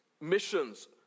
missions